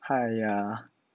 !haiya!